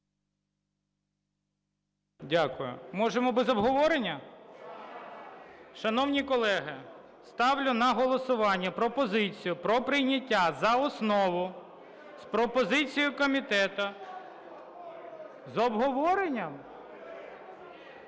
Дякую. Можемо без обговорення? Шановні колеги, ставлю на голосування пропозицію про прийняття за основу з пропозицією комітету… З обговоренням?